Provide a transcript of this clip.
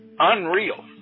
unreal